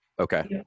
Okay